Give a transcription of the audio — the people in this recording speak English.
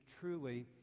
truly